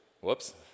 whoops